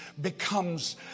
becomes